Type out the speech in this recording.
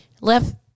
left